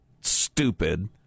stupid